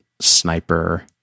sniper